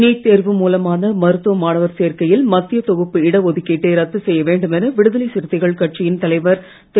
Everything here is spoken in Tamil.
நீட் தேர்வு மூலமான மருத்துவ மாணவர் சேர்க்கையில் மத்திய தொகுப்பு இட ஒதுக்கீட்டை ரத்து செய்ய வேண்டுமென விடுதலை சிறுத்தைகள் கட்சியின் தலைவர் திரு